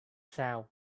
sound